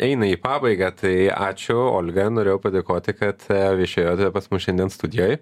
eina į pabaigą tai ačiū olga norėjau padėkoti kad viešėjote pas mus šiandien studijoj